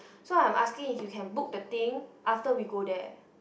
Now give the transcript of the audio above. so I'm asking if you can book the thing after we go there